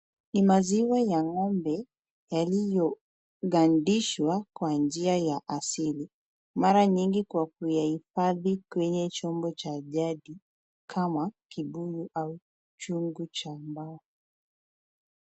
Ni maziwa ya Ng'ombe yaliyo gadishwa kwa njia ya asili. Mara nyingi kwa kuyahifadhi kwenye chonbo Cha jadi kama kigungu au chungu Cha mabao.